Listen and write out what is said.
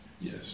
Yes